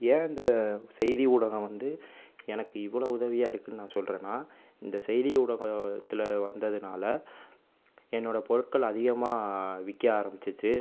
ஏன் இந்த செய்தி ஊடகம் வந்து எனக்கு இவ்வளோ உதவியாக இருக்குதுன்னு நான் சொல்கிறேன்னா இந்த செய்தி ஊடகத்தில் வந்ததுனால் என்னோடய பொருட்கள் அதிகமாக விற்க ஆரம்பிச்சுச்சு